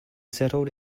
settled